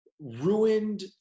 ruined